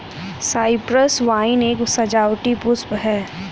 Cyprus vine एक सजावटी पुष्प है